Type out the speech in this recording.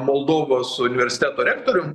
moldovos universiteto rektorium